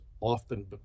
often